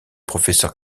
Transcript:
professeur